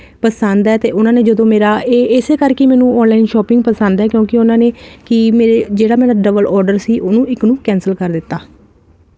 ਪਸੰਦ ਹ ਤੇ ਉਹਨਾਂ ਨੇ ਜਦੋਂ ਮੇਰਾ ਇਹ ਇਸੇ ਕਰਕੇ ਮੈਨੂੰ ਆਨਲਾਈਨ ਸ਼ੋਪਿੰਗ ਪਸੰਦ ਹੈ ਕਿਉਂਕਿ ਉਹਨਾਂ ਨੇ ਕਿ ਮੇਰੇ ਜਿਹੜਾ ਮੇਰਾ ਡਬਲ ਆਰਡਰ ਸੀ ਉਹਨੂੰ ਇੱਕ ਨੂੰ ਕੈਂਸਲ ਕਰ ਦਿੱਤਾ